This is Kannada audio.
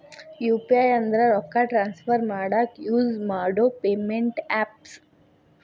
ಯು.ಪಿ.ಐ ಅಂದ್ರ ರೊಕ್ಕಾ ಟ್ರಾನ್ಸ್ಫರ್ ಮಾಡಾಕ ಯುಸ್ ಮಾಡೋ ಪೇಮೆಂಟ್ ಆಪ್ಸ್